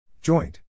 Joint